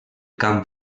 camp